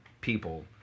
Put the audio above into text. people